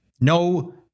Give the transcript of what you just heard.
no